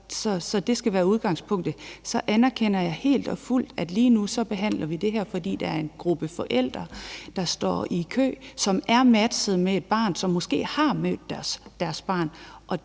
og det skal være udgangspunktet. Så anerkender jeg helt og fuldt, at det forslag, vi behandler lige nu, er fremsat, fordi der er en gruppe forældre, der står i kø, og som er blevet matchet med et barn, og som måske har mødt deres barn,